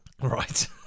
Right